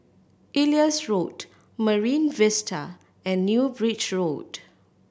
Elias Road Marine Vista and New Bridge Road